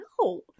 no